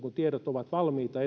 kun tiedot ovat valmiita